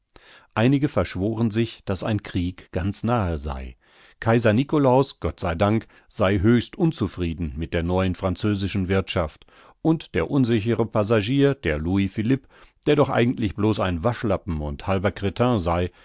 einige verschworen sich daß ein krieg ganz nahe sei kaiser nikolaus gott sei dank sei höchst unzufrieden mit der neuen französischen wirthschaft und der unsichere passagier der louis philipp der doch eigentlich blos ein waschlappen und halber cretin sei